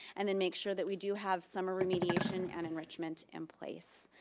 and them make sure that we do have summer remediation and enrichment in place.